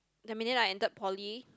the minute I entered poly